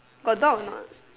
got dog or not